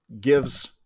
gives